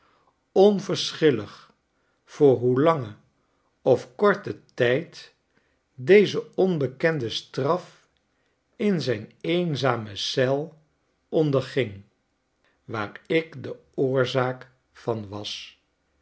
onverschillig voor hoe langen of korten tijd deze onbekende straf in zijn eenzame eel onderging waar ik de oorzaak van was